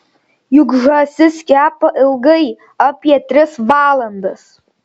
juk žąsis kepa ilgai apie tris valandas